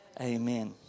Amen